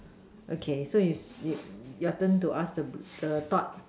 okay so you you your turn to ask the blue the thought